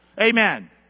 Amen